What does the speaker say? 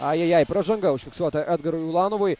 ajajai pražanga užfiksuota edgarui ulanovui